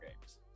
games